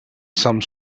some